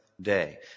day